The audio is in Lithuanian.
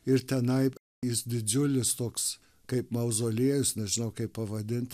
ir tenai jis didžiulis toks kaip mauzoliejus nežinau kaip pavadint